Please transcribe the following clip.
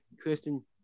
Kristen